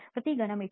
ಪ್ರತಿ ಘನ ಮೀಟರ್